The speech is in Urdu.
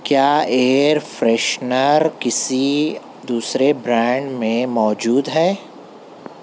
کیا ایئر فریشنر کسی دوسرے بران میں موجود ہے